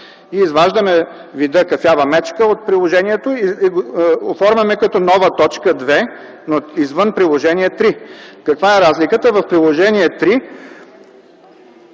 изваждаме вида „кафява мечка” от приложението и оформяме като нова т. 2, но извън Приложение 3. Каква е разликата? В Приложение 3